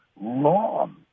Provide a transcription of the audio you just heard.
long